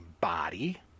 body